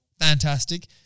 fantastic